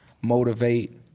motivate